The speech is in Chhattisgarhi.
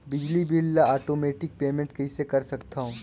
बिजली बिल ल आटोमेटिक पेमेंट कइसे कर सकथव?